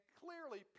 clearly